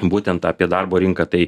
būtent apie darbo rinką tai